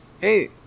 Hey